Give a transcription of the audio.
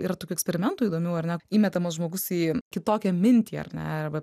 yra tokių eksperimentų įdomių ar ne įmetamas žmogus į kitokią mintį ar ne arba